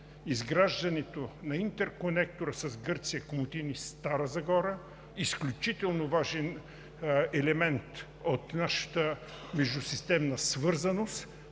изграждането на интерконектора с Гърция – Комотини – Стара Загора, изключително важен елемент от нашата междусистемна свързаност,